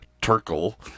turkle